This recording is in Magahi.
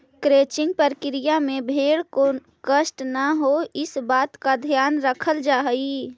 क्रचिंग प्रक्रिया में भेंड़ को कष्ट न हो, इस बात का ध्यान रखल जा हई